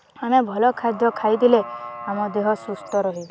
ଆମେ ଭଲ ଖାଦ୍ୟ ଖାଇଥିଲେ ଆମ ଦେହ ସୁସ୍ଥ ରହିବ